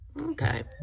Okay